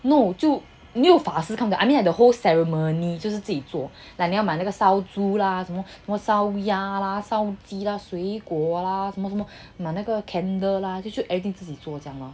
no 就没有法师 I mean at the whole ceremony 就是自己做 like 你要买那个烧猪啦什么什么烧鸭啊烧鸡啊水果啦什么什么买那个 candle 啦就是 every 自己做这样 lor